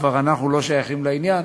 אנחנו כבר לא שייכים לעניין,